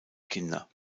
kinder